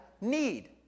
need